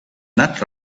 not